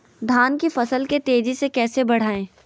धान की फसल के तेजी से कैसे बढ़ाएं?